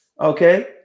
Okay